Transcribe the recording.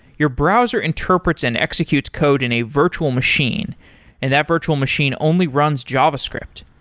your browser interprets and executes code in a virtual machine and that virtual machine only runs java script.